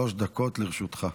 שלוש דקות לרשותך.